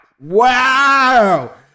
Wow